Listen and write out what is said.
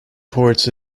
ports